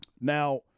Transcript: Now